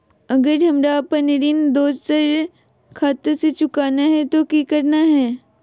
अगर हमरा अपन ऋण दोसर खाता से चुकाना है तो कि करना है?